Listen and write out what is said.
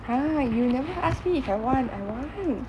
!huh! you never ask me if I want I want